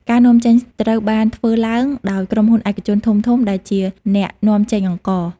ការនាំចេញត្រូវបានធ្វើឡើងដោយក្រុមហ៊ុនឯកជនធំៗដែលជាអ្នកនាំចេញអង្ករ។